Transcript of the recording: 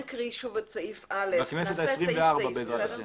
בכנסת ה-24, בעזרת ה'.